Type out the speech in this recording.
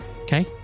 Okay